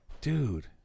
Dude